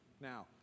Now